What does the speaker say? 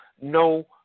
no